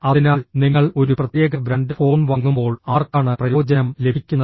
അതിനാൽ നിങ്ങൾ ഒരു പ്രത്യേക ബ്രാൻഡ് ഫോൺ വാങ്ങുമ്പോൾ ആർക്കാണ് പ്രയോജനം ലഭിക്കുന്നത്